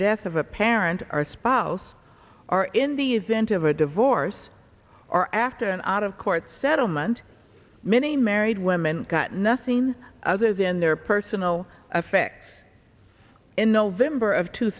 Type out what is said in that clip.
death of a parent our spouse or in the event of a divorce or after an out of court settlement many married women got nothing other than their personal effect in november of two